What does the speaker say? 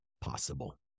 possible